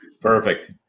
Perfect